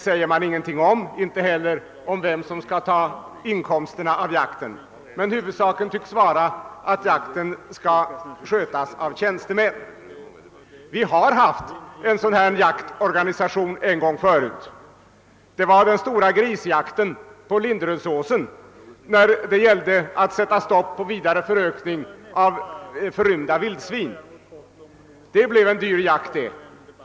säger man ingenting om, inte heller om vem som skall få inkomsterna av jakten. Huvudsaken tycks vara att jakten skall skötas av tjänstemän. Vi har haft en sådan jaklorganisation tidigare, det var under den stora grisjakten på Linderödsåsen, där det gällde att sätta stopp för vidare förökning av förrymda vildsvin. Det blev en dyr jakt, det!